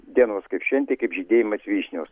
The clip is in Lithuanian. dienos kaip šventė kaip žydėjimas vyšnios